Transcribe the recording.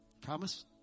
Promise